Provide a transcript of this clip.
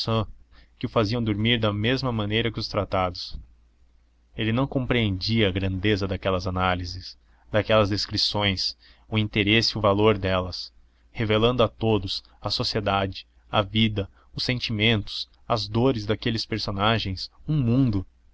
que o faziam dormir da mesma maneira que os tratados ele não compreendia a grandeza daquelas análises daquelas descrições o interesse e o valor delas revelando a todos à sociedade a vida os sentimentos as dores daqueles personagens um mundo